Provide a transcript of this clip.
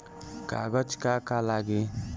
कागज का का लागी?